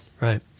right